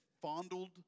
fondled